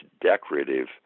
decorative